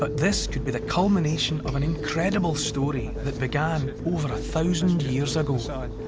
ah this could be the culmination of an incredible story that began over a thousand years ago. i